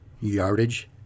yardage